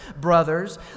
brothers